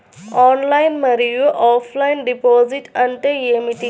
Online మరియు offline deposit అంటే ఏమిటి?